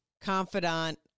confidant